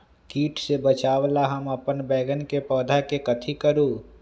किट से बचावला हम अपन बैंगन के पौधा के कथी करू?